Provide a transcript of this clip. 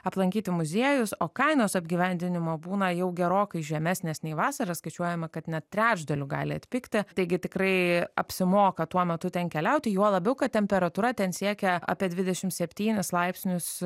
aplankyti muziejus o kainos apgyvendinimo būna jau gerokai žemesnės nei vasarą skaičiuojama kad net trečdaliu gali atpigti taigi tikrai apsimoka tuo metu ten keliauti juo labiau kad temperatūra ten siekia apie dvidešimt septynis laipsnius